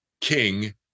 king